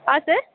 ಹಾಂ ಸ